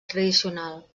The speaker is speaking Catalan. tradicional